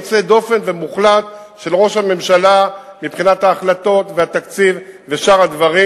יוצא דופן ומוחלט של ראש הממשלה מבחינת ההחלטות והתקציב ושאר הדברים.